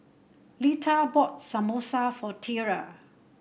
Lita bought Samosa for Tiarra